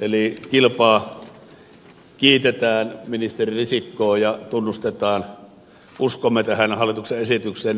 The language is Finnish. eli kilpaa kiitetään ministeri risikkoa ja tunnustetaan uskomme tähän hallituksen esitykseen teen sen